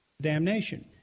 damnation